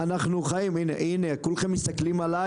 הינה, כולכם מסתכלים עליי